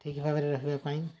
ଠିକ୍ ଭାବରେ ରଖିବା ପାଇଁ